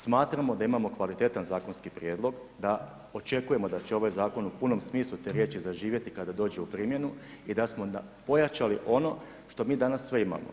Smatramo da imamo kvalitetan zakonski prijedlog, da očekujemo da će ovaj zakon u punom smislu te riječi zaživjeti kada dođe u primjenu i da smo pojačali ono što mi danas sve imamo.